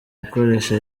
gukoresha